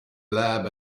lab